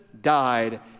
died